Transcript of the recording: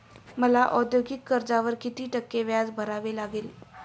मला औद्योगिक कर्जावर किती टक्के व्याज भरावे लागेल?